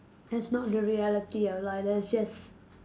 that's not the reality of life that's just